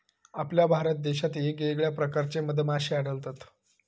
आपल्या भारत देशात येगयेगळ्या प्रकारचे मधमाश्ये आढळतत